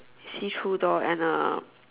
see through door and a